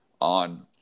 on